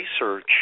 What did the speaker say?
research